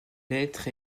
lettres